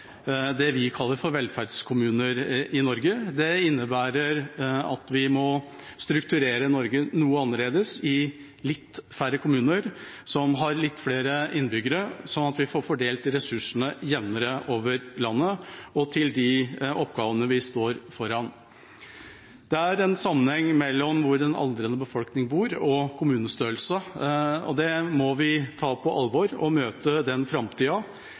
det vi kaller for velferdskommuner, i Norge. Det innebærer at vi må strukturere Norge noe annerledes, i litt færre kommuner, som har litt flere innbyggere, så vi får fordelt ressursene jevnere over landet og til de oppgavene vi står foran. Det er en sammenheng mellom hvor en aldrende befolkning bor, og kommunestørrelse. Det må vi ta på alvor, og vi må møte